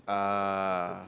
ah